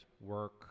work